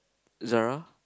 Zara